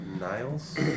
Niles